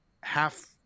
Half